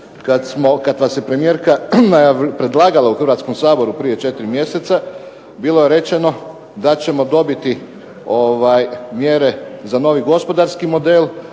kad vas je premijerka predlagala u Hrvatskom saboru prije četiri mjeseca bilo je rečeno da ćemo dobiti mjere za novi gospodarski model,